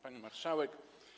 Pani Marszałek!